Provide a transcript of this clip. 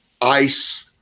ice